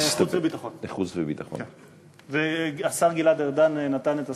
חוץ וביטחון, והשר גלעד ארדן נתן את הסכמתו.